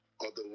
Otherwise